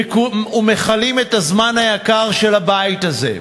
ומכלים את הזמן היקר של הבית הזה,